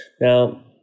Now